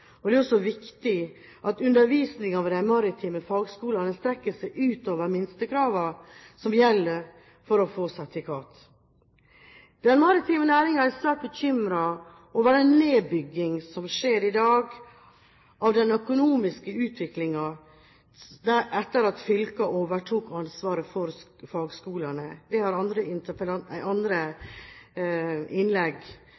Det er også viktig at undervisningen ved de maritime fagskolene strekker seg ut over minstekravene som gjelder for å få sertifikat. Den maritime næringen er sterkt bekymret over den nedbygging som skjer i dag av den økonomiske utviklingen etter at fylkene overtok ansvaret for fagskolene. Det har andre